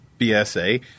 BSA